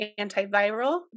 antiviral